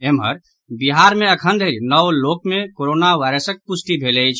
एम्हर बिहार मे अखन धरि नओ लोक मे कोरोना वायरसक पुष्टि भेल अछि